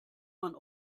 man